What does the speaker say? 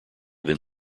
than